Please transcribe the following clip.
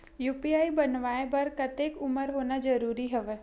UPI बनवाय बर कतेक उमर होना जरूरी हवय?